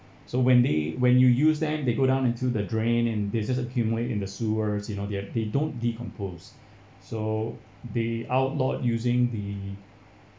so when they when you use them they go down into the drain and they just accumulate in the sewers you know they're they don't decompose so they outlawed using the